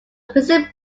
prison